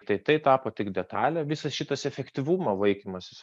tai tapo tik detale visas šitas efektyvumo vaikymasis